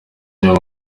nyuma